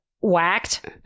whacked